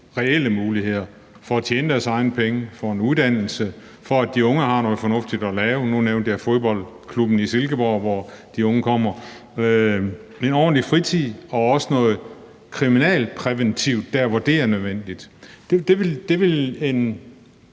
reelle muligheder for at tjene deres egne penge, for at få en uddannelse og for, at de unge har noget fornuftigt at lave – nu nævnte jeg fodboldklubben ved Silkeborg, hvor de unge kommer – for at få en ordentlig fritid, og også, at der bliver gjort en kriminalpræventiv indsats der, hvor det er nødvendigt. Det ville